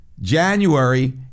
January